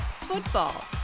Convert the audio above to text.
football